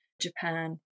Japan